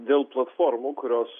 dėl platformų kurios